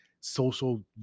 social